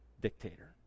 dictator